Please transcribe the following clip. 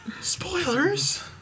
spoilers